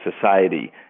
society